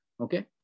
Okay